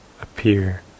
appear